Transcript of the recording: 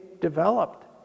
developed